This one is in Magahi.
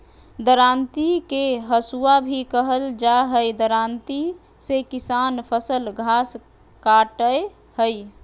दरांती के हसुआ भी कहल जा हई, दरांती से किसान फसल, घास काटय हई